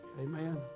Amen